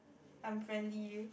I'm friendly